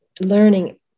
learning